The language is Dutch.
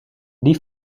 die